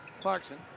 Clarkson